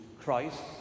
Christ